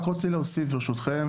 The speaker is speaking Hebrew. אני רק רוצה להוסיף ברשותכם.